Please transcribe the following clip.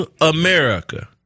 America